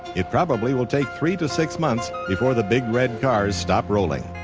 it probably will take three to six months before the big red cars stop rolling.